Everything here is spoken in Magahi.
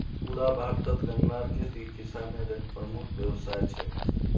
पुरा भारतत गन्नार खेती किसानेर एक प्रमुख व्यवसाय छे